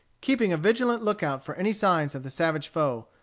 keeping a vigilant lookout for any signs of the savage foe,